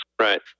Right